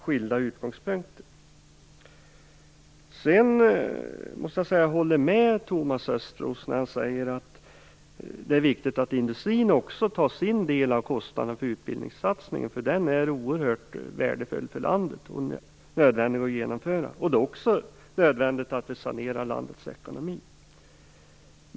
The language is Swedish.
Så utgångspunkterna är oerhört skilda. Jag håller med Thomas Östros om att det är viktigt att industrin också tar sin del av kostnaden för utbildningssatsningen, för den är oerhört värdefull för landet och nödvändig att genomföra. Det är också nödvändigt att sanera landets ekonomi.